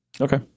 Okay